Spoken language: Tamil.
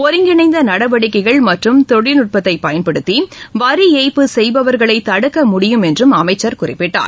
ஒருங்கிணைந்த நடவடிக்கைகள் மற்றும் தொழில்நுட்பத்தை பயன்படுத்தி வரி ஏய்ப்பு செய்பவர்களை தடுக்க முடியும் என்றும் அமைச்சர் குறிப்பிட்டார்